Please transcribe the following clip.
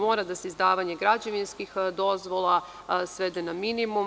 Mora da se izdavanje građevinskih dozvola svede na minimum.